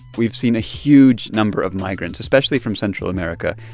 we've seen a huge number of migrants, especially from central america,